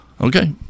Okay